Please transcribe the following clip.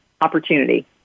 opportunity